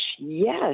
Yes